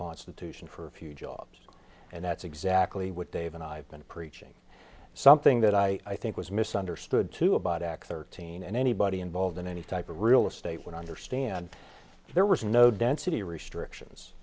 constitution for a few jobs and that's exactly what dave and i have been preaching something that i think was misunderstood to about act thirteen and anybody involved in any type of real estate would understand there was no density restrictions